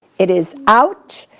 it is out,